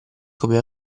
come